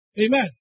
Amen